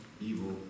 evil